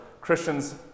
Christians